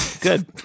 Good